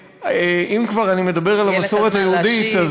אם כבר אני מדבר על המסורת היהודית,